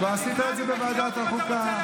אז אם הוא רק דפק, זה בסדר.